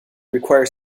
require